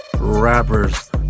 rappers